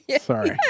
Sorry